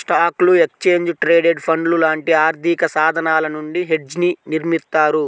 స్టాక్లు, exchange traded ఫండ్లు లాంటి ఆర్థికసాధనాల నుండి హెడ్జ్ని నిర్మిత్తారు